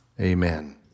Amen